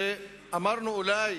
אמרנו: אולי